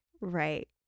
Right